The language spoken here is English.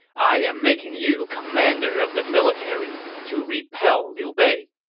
i am making you commander of the military to repel liu bei.